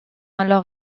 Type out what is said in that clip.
alors